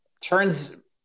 turns